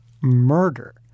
murder